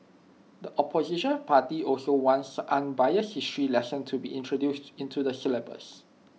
the opposition party also wants unbiased history lesson to be introduced into the syllabus